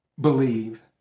believe